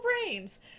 brains